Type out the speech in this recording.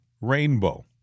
rainbow